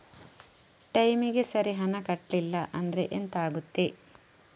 ಟೈಮಿಗೆ ಸರಿ ಹಣ ಕಟ್ಟಲಿಲ್ಲ ಅಂದ್ರೆ ಎಂಥ ಆಗುತ್ತೆ?